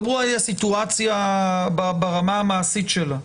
לא ברורה לי הסיטואציה ברמה המעשית שלה.